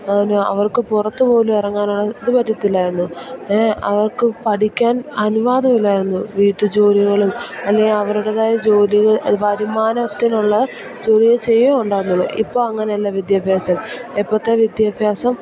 അവർക്ക് പുറത്ത് പോലും ഇറങ്ങാനുള്ള ഇത് പറ്റില്ലായിരുന്നു അവർക്ക് പഠിക്കാൻ അനുവാദമില്ലായിരുന്നു വീട്ടുജോലികളും അല്ലെങ്കില് അവരുടേതായ ജോലികൾ അത് വരുമാനത്തിനുള്ള ജോലികള് ചെയ്യുകയെയുണ്ടായിരുന്നുള്ളൂ ഇപ്പോള് അങ്ങനെയല്ല വിദ്യാഭ്യാസം ഇപ്പോഴത്തെ വിദ്യാഭ്യാസം